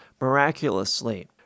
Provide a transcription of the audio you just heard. miraculously